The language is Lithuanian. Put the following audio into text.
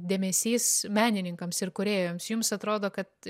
dėmesys menininkams ir kūrėjams jums atrodo kad